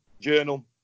journal